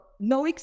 no